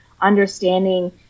understanding